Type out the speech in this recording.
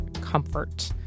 comfort